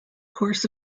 course